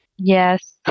Yes